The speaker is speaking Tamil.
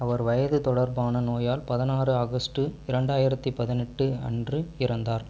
அவர் வயது தொடர்பான நோயால் பதினாறு ஆகஸ்ட் இரண்டாயிரத்து பதினெட்டு அன்று இறந்தார்